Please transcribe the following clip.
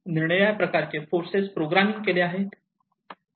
निरनिराळ्या प्रकारचे forces programming केले आहेत